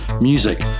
music